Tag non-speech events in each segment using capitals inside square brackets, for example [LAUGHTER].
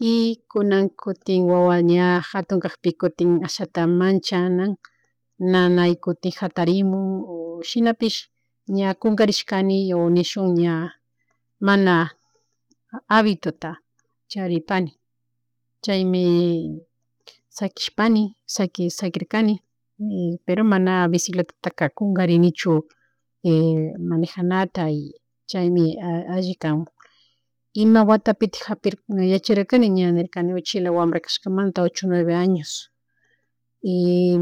Y kunakutik wawa ña hatun kakpi kutin ashatamanchanan [NOISE] nanaykutin hatarimun o shinapish ña kungarishkani o nishun ña mana habitota charipani chaymi shakshpani, shaki shakirkani y pero mana bicicletataka mana kungarinichu [HESITATION] manejanata y chaymi allikanmun. Ima watapitik japir [HESITATION] yacharirkani ña nirkani uchila wambra kashkamanta ocho o nueva años y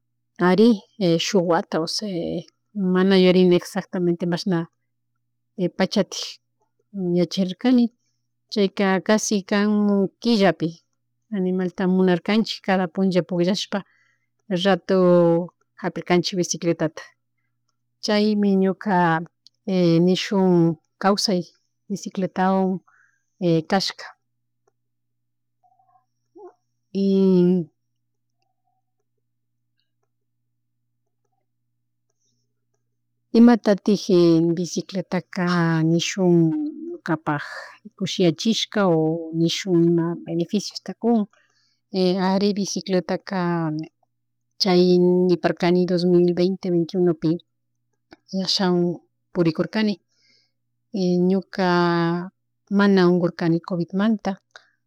[HESITATION] ari shuk wata nose mana yuyarini exactamente mashna [HESITATION] pachatik ña charirkani chayka kashi kan killapi animalta munarkanchik cada punlla pullashpa ratu [HESITATION] hapirkanchik bicicletata chaymi ñuka [HESITATION] nishun kawsay bicicletawan [HESITATION] kashka. Y [HESITATION] imatatik bicicletaka nishun ñukapak, kushiyachishka o nishun ima beneficiosta kun ari bicicletaka chay [HESITATION] niparkani dosmil vente, venti uno pi ashawan purikurkani [NOISE] y ñuka mana ungurkani covidmanta